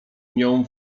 nią